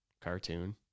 cartoon